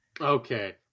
Okay